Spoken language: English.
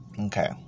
Okay